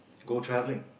go travelling